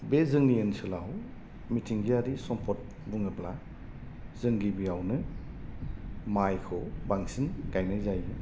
बे जोंनि ओनसोलाव मिथिंगायारि सम्पद बुङोब्ला जों गिबिआवनो माइखौ बांसिन गायनाय जायो